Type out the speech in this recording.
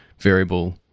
variable